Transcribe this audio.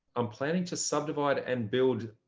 i'm planning to subdivide and build.